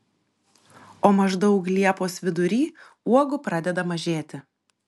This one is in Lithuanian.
o maždaug liepos vidury uogų pradeda mažėti